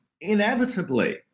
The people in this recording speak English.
inevitably